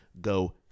go